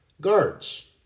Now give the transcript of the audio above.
guards